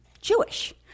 Jewish